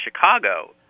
Chicago